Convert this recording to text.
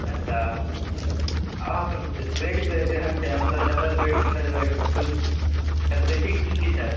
अच्छा आओर बेडके केहन छै मतलब डबल बेड सिंगल बेड किछु फैसलिटी की की छै